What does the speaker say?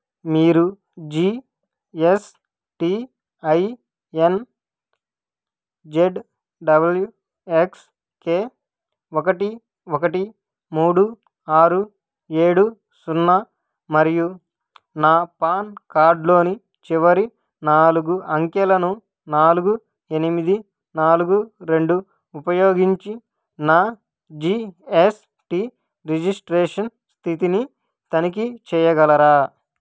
మీరు G S T I N Z W X K ఒకటి ఒకటి మూడు ఆరు ఏడు సున్నా మరియు నా పాన్ కార్డ్లోని చివరి నాలుగు అంకెలను నాలుగు ఎనిమిది నాలుగు రెండు ఉపయోగించి నా జీ ఎస్ టీ రిజిస్ట్రేషన్ స్థితిని తనిఖీ చేయగలరా